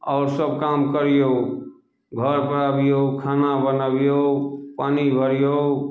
आओर सभ काम करियौ घरपर अबियौ खाना बनबियौ पानि भरियौ